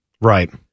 Right